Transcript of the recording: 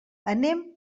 anem